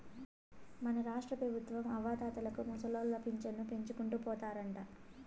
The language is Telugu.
మన రాష్ట్రపెబుత్వం అవ్వాతాతలకు ముసలోళ్ల పింఛను పెంచుకుంటూ పోతారంట